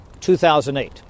2008